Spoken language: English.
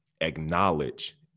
acknowledge